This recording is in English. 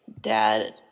dad